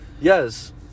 yes